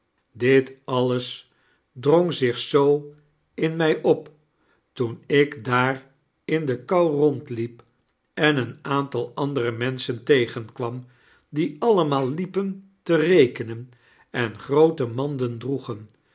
dit alles drong zich zoo in mij op toen ik daar in de kou rondliep en een aantal andere menschen tegenkwam di allemaal liepen te rekenen en groot manden droegen